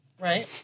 right